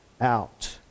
out